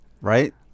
Right